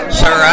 sir